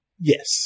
Yes